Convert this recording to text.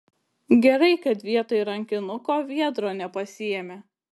gerai kad vietoj rankinuko viedro nepasiėmė